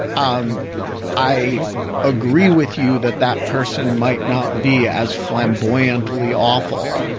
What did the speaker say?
um i agree with you that that person might not be as flamboyantly awful,